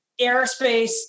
airspace